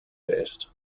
based